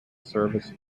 service